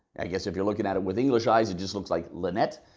i guess if you're looking at it with english eyes it just looks like lynette.